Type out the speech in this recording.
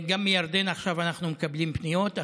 גם מירדן אנחנו עכשיו מקבלים פניות,